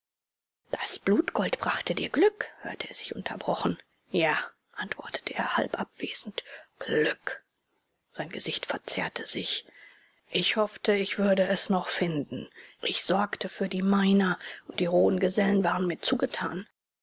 das blutgold brachte dir glück hörte er sich unterbrochen ja antwortete er halb abwesend glück sein gesicht verzerrte sich ich hoffte ich würde es noch finden ich sorgte für die miner und die rohen gesellen waren mir zugetan